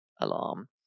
alarm